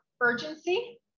urgency